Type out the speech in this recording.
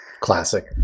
Classic